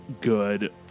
good